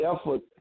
effort